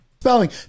Spelling